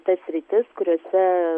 tas sritis kuriose